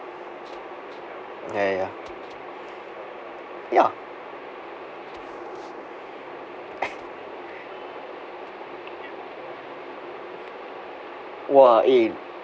ya ya ya ya !wah! eh